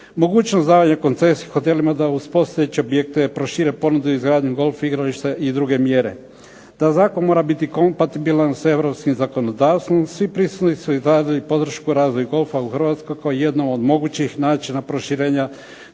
mogućnost davanja koncesije hotelima da uz postojeće objekte prošire ponudu i izgradnju golf igrališta i druge mjere. Da zakon mora biti kompatibilan sa europskim zakonodavstvom svi prisutni su izrazili podršku razvoju golfa u Hrvatskoj kao jednoj od mogućih načina proširenja